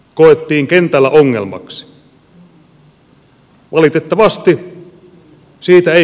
tämä koettiin kentällä ongelmaksi